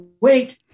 wait